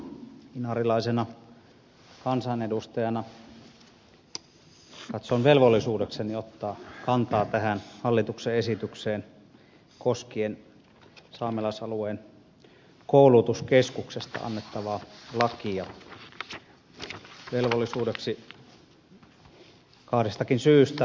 inarilaisena kansanedustajana katson velvollisuudekseni ottaa kantaa tähän hallituksen esitykseen koskien saamelaisalueen koulutuskeskuksesta annettavaa lakia velvollisuudeksi kahdestakin syystä